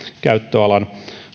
käyttöalan